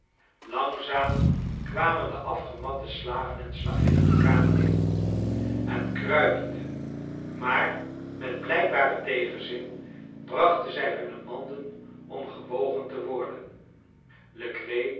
langzaam kwamen de afgematte slaven en slavinnen de kamer in en kruipende maar met blijkbaren tegenzin brachten zij hunne manden om gewogen te worden